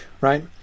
right